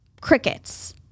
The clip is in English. crickets